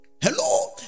Hello